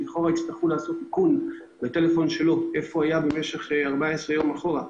שאז בכל מקרה יצטרכו לעשות איכון לטלפון שלו במשך 14 יום אחורה,